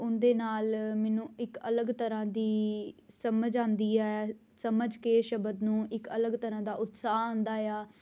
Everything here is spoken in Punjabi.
ਉਹਨਾਂ ਦੇ ਨਾਲ ਮੈਨੂੰ ਇੱਕ ਅਲੱਗ ਤਰ੍ਹਾਂ ਦੀ ਸਮਝ ਆਉਂਦੀ ਹੈ ਸਮਝ ਕੇ ਸ਼ਬਦ ਨੂੰ ਇੱਕ ਅਲੱਗ ਤਰ੍ਹਾਂ ਦਾ ਉਤਸ਼ਾਹ ਆਉਂਦਾ ਆ